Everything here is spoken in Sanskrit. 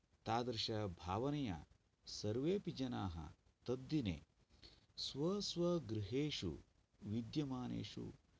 तादृशभावनया सर्वेऽपि जनाः तद्दिने स्व स्व गृहेषु विद्यमानेषु